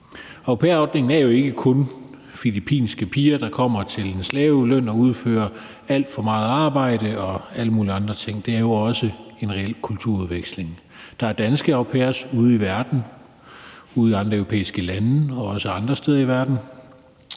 Au pair-ordningen er jo ikke kun filippinske piger, der kommer og udfører alt for meget arbejde til slaveløn og alle mulige andre ting; det er jo også en reel kulturudveksling. Der er danske au pairer ude i verden, ude i andre europæiske lande og også andre steder i verden,